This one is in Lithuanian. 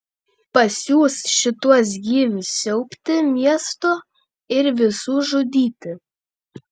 pasiųs šituos gyvius siaubti miesto ir visų žudyti